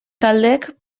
taldek